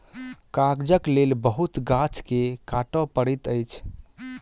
कागजक लेल बहुत गाछ के काटअ पड़ैत अछि